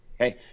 Okay